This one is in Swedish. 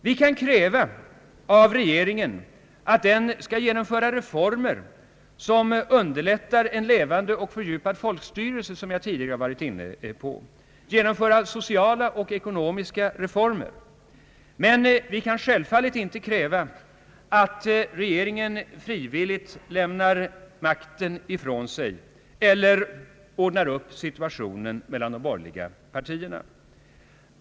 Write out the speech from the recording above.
Vi kan kräva av regeringen att den skall genomföra reformer som underlättar en levande och fördjupad folkstyrelse — något som jag tidigare har varit inne på — samt genomföra sociala och ekonomiska reformer. Men vi kan självfallet inte kräva att regeringen frivilligt lämnar makten ifrån sig eller ordnar upp situationen mellan de borgerliga partierna.